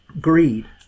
greed